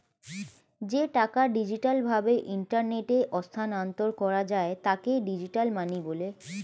যে টাকা ডিজিটাল ভাবে ইন্টারনেটে স্থানান্তর করা যায় তাকে ডিজিটাল মানি বলে